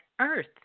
earth